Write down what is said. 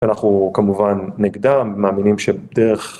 אנחנו כמובן נגדם מאמינים שדרך